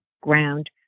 ground